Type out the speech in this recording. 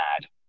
mad